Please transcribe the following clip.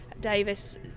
Davis